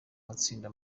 matsinda